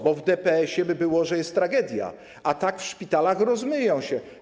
Bo w DPS-ie by było, że jest tragedia, a tak w szpitalach rozmyją się.